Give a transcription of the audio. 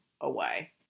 away